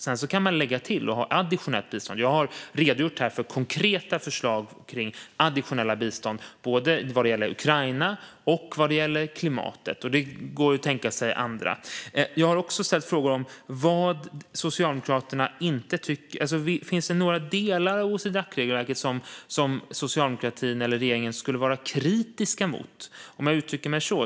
Sedan kan man ha additionellt bistånd, och jag har här redogjort för konkreta förslag kring additionellt bistånd vad gäller både Ukraina och klimatet. Det går även att tänka sig annat. Jag har också ställt frågor om vad Socialdemokraterna tycker om OECD-Dac-regelverket. Finns det några delar som socialdemokratin eller regeringen skulle vara kritiska mot, om jag uttrycker mig så?